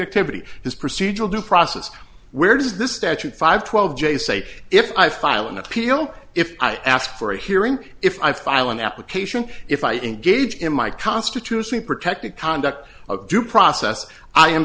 activity is procedural due process where does this statute five twelve j say if i file an appeal if i ask for a hearing if i file an application if i engage in my constitutionally protected conduct of due process i am